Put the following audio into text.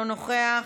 אינו נוכח,